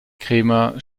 cremer